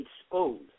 exposed